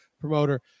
promoter